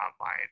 online